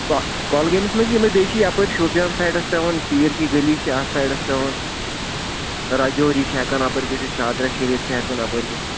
کۄ کۄلگٲمِس منٛز چھِ یِمَے بیٚیہِ چھِ یَپٲرۍ شُپیَن سایڈَس پٮ۪وان پیٖر کی گلی چھِ اَتھ سایڈس پٮ۪وان راجوری چھِ ہٮ۪کان اَپٲرۍ گٔژھِتھ شادراہ شریف چھِ ہٮ۪کان اَپٲرۍ گٔژھِتھ